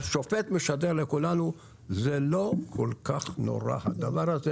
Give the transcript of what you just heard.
השופט משדר לכולנו: זה לא כל כך נורא הדבר הזה.